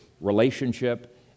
relationship